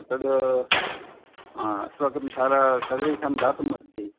तद् अस्माकं शालायां सर्वेषां दातुम् अस्ति